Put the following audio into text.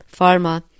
pharma